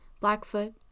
Blackfoot